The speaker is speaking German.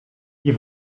die